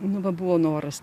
nu va buvo noras